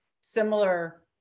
similar